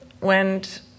went